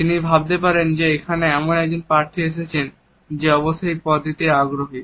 তিনি ভাবতে পারেন যে এখানে এমন একজন প্রার্থী এসেছেন যে অবশ্যই এই পদটিতে আগ্রহী